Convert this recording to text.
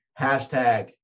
hashtag